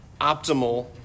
optimal